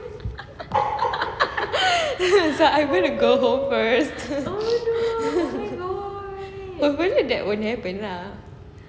so I am going to go home first but mostly that won't happen lah